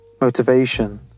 Motivation